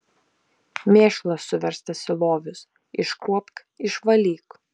mėšlas suverstas į lovius iškuopk išvalyk